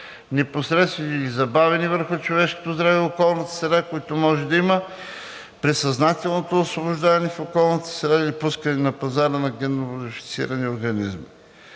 непосредствени или забавени, върху човешкото здраве и околната среда, които може да има при съзнателното освобождаване в околната среда или пускане на пазара на ГМО. Оценката на риска